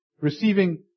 receiving